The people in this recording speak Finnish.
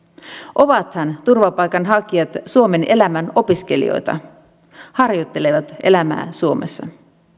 ovathan turvapaikanhakijat suomen elämän opiskelijoita harjoittelevat elämää suomessa